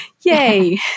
Yay